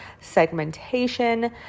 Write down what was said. segmentation